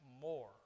more